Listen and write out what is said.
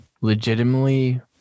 legitimately